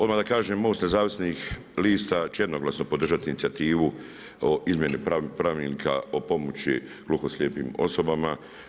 Odmah da kažem Most nezavisnih lista će jednoglasno podržati inicijativu pravilnika o pomoći gluhoslijepim osobama.